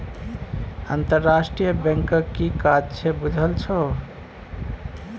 अंतरराष्ट्रीय बैंकक कि काज छै बुझल छौ?